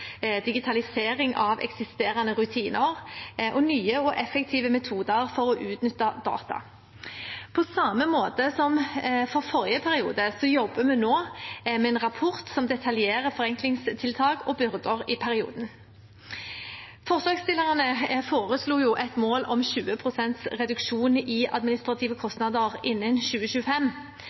digitalisering av eksisterende rutiner og nye og effektive metoder for å utnytte data. På samme måte som for forrige periode jobber vi nå med en rapport som detaljerer forenklingstiltak og byrder i perioden. Forslagsstillerne foreslo et mål om 20 pst. reduksjon i administrative kostnader innen 2025.